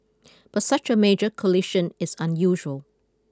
but such a major collision is unusual